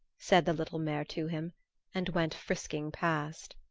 said the little mare to him and went frisking past.